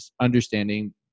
understanding